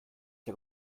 der